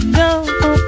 go